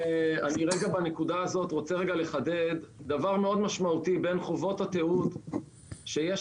בנקודה הזאת אני רוצה לחדד דבר מאוד משמעותי בין חובות התיעוד שיש